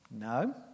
No